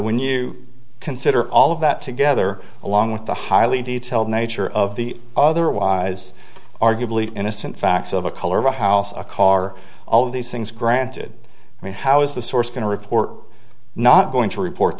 when you consider all of that together along with the highly detailed nature of the otherwise arguably innocent facts of a color of a house a car all of these things granted i mean how is the source going to report not going to report